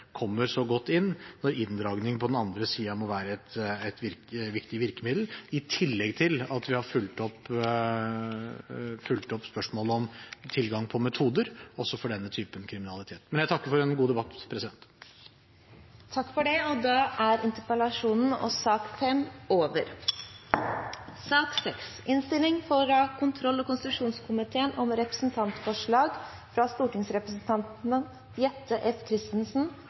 kommer så godt inn når inndragning på den andre siden må være et viktig virkemiddel, i tillegg til at vi har fulgt opp spørsmålet om tilgang på metoder også for denne typen kriminalitet. Jeg takker for en god debatt. Debatten i sak nr. 5 er avsluttet. Etter ønske fra kontroll- og konstitusjonskomiteen vil presidenten foreslå at sakene nr. 6 og